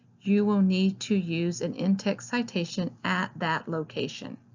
you will need to use an in-text citation at that location.